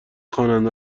خوانند